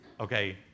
Okay